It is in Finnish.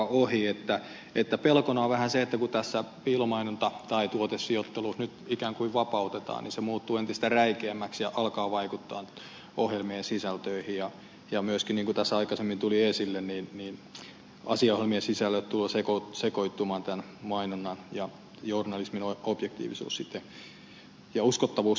pelkona on vähän se että kun tässä piilomainonta tai tuotesijoittelu nyt ikään kuin vapautetaan niin se muuttuu entistä räikeämmäksi ja alkaa vaikuttaa ohjelmien sisältöihin ja myöskin niin kuin tässä aikaisemmin tuli esille asiaohjelmien sisällöt tulevat sekoittumaan mainontaan ja journalismin objektiivisuus ja uskottavuus katoaa